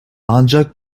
ancak